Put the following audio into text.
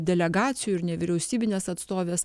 delegacijų ir nevyriausybinės atstovės